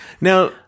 Now